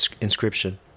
inscription